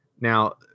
Now